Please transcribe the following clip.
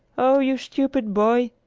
oh, you stupid boy!